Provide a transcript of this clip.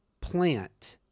plant